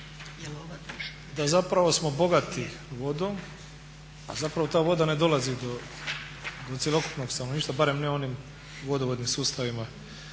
da zapravo smo bogati vodom, a zapravo ta voda ne dolazi do cjelokupnog stanovništva, barem ne onim vodovodnim sustavima